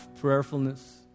prayerfulness